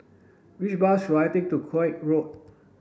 which bus should I take to Koek Road